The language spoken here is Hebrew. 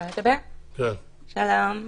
שלום.